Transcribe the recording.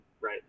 Right